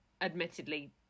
admittedly